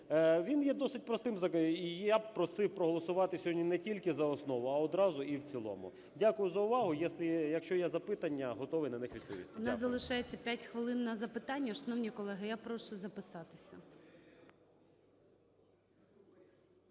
Він є досить простим. І я просив проголосувати сьогодні не тільки за основу, а одразу і в цілому. Дякую за увагу. Якщо є запитання, готовий на них відповісти. Дякую. ГОЛОВУЮЧИЙ. У нас залишається 5 хвилин на запитання. Шановні колеги, я прошу записатися.